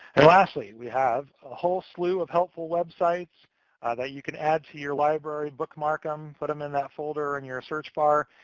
and lastly, we have a whole slew of helpful websites that you can add to your library, bookmark them, put them in that folder in your search bar,